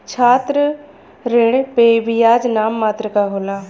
छात्र ऋण पे बियाज नाम मात्र क होला